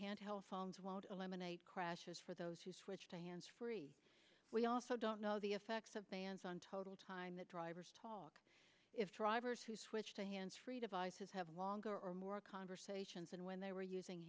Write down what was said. handheld phones won't eliminate crashes for those who switch to hands free we also don't know the effects of bans on total time that drivers talk if drivers who switch to hands free devices have longer or more conversations and when they were using